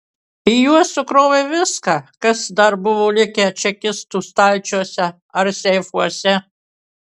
į juos sukrovė viską kas dar buvo likę čekistų stalčiuose ar seifuose